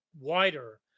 wider